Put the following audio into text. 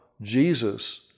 Jesus